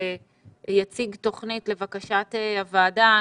שיציג תוכנית לבקשת הוועדה.